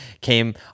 came